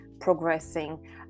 progressing